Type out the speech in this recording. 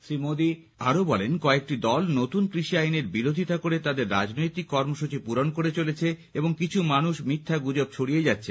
শ্রী মোদী আরও বলেন কয়েকটি দল নতুন কৃষি আইনের বিরোধিতা করে তাদের রাজনৈতিক কর্মসূচী পূরণ করে চলেছে এবং কিছু মানুষ মিথ্যা গুজব ছড়িয়ে যাচ্ছে